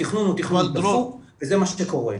והתכנון הוא תכנון דפוק וזה מה שקורה.